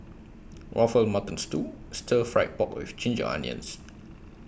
Waffle Mutton Stew Stir Fry Pork with Ginger Onions